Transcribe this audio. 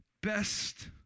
best